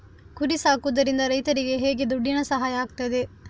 ಕುರಿ ಸಾಕುವುದರಿಂದ ರೈತರಿಗೆ ಹೇಗೆ ದುಡ್ಡಿನ ಸಹಾಯ ಆಗ್ತದೆ?